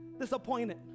disappointed